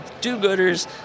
do-gooders